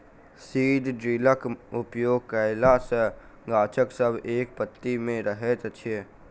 seed ड्रिलक उपयोग कयला सॅ गाछ सब एक पाँती मे रहैत छै